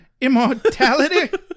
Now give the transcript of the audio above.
immortality